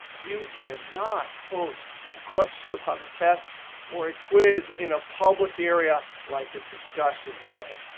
you cannot post a question about a test or a quiz in a public area like a discussion area.